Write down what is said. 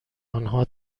آنها